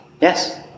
Yes